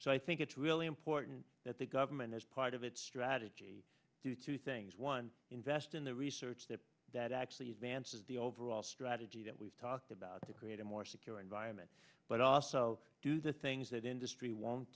so i think it's really important that the government as part of its strategy do two things one invest in the research that that actually is vance's the overall strategy that we've talked about to create a more secure environment but also do the things that industry won't